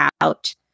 out